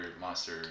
monster